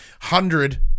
hundred